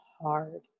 hard